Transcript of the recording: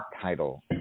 title